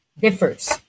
differs